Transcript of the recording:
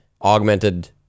augmented